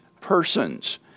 persons